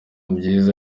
byiza